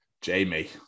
Jamie